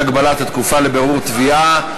הגבלת התקופה לבירור התביעה).